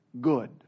good